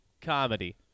comedy